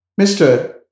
Mr